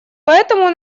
поэтому